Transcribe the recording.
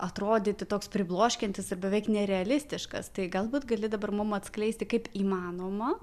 atrodyti toks pribloškiantis ir beveik nerealistiškas tai galbūt gali dabar mum atskleisti kaip įmanoma